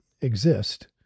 exist